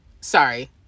sorry